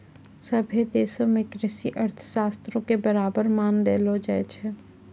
सभ्भे देशो मे कृषि अर्थशास्त्रो के बराबर मान देलो जाय छै